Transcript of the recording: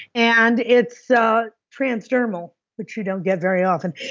and it's so transdermal, which you don't get very often.